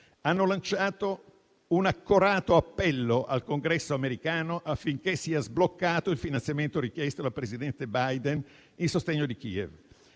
hanno lanciato un accorato appello al Congresso americano affinché sia sbloccato il finanziamento richiesto dal presidente Biden in sostegno di Kiev.